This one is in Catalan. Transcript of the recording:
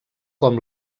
com